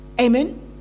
Amen